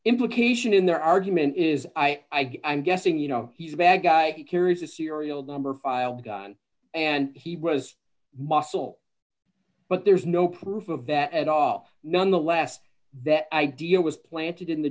implication in their argument is i am guessing you know he's a bad guy he carries a serial number filed gun and he was muscle but there's no proof of that at all none the less that idea was planted in the